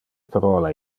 parola